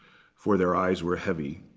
for their eyes were heavy.